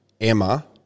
Emma